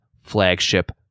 flagship